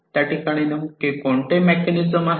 त्या ठिकाणी कोणते मेकॅनिझम आहे